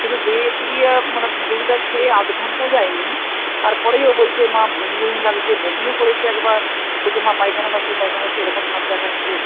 কিন্তু দিয়ে দিয়ে মানে দুধটা খেয়ে আধ ঘন্টা যায়নি তারপরেই ও বলছে মা বমি বমি লাগছে বমিও করেছে একবার বলছে মা পায়খানা পাচ্ছে পায়খানা পাচ্ছে এরকম ভাব দেখাচ্ছে